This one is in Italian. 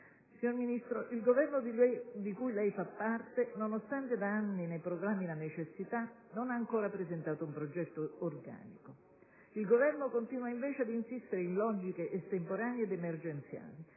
Signor Ministro, il Governo di cui lei fa parte, nonostante da anni ne proclami la necessità, non ha ancora presentato un progetto organico di interventi. Il Governo continua, invece, ad insistere in logiche estemporanee ed emergenziali,